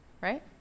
right